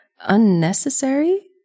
unnecessary